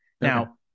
Now